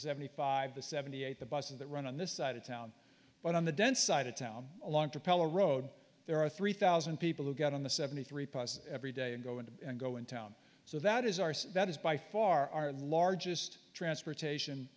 seventy five the seventy eight the buses that run on this side of town but on the dense side of town along propellor road there are three thousand people who get on the seventy three pos every day and go in and go in town so that is arse that is by far our largest transportation